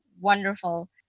wonderful